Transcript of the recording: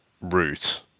route